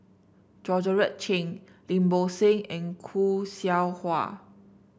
Georgette Chen Lim Bo Seng and Khoo Seow Hwa